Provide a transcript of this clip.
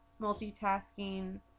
multitasking